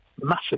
Massive